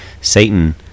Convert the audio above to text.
Satan